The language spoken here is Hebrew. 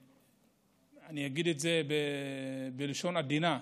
אני אגיד את זה בלשון עדינה,